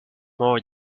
more